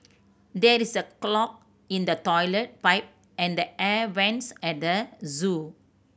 there is clog in the toilet pipe and the air vents at the zoo